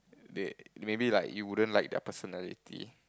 they maybe like you wouldn't like their personality